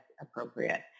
appropriate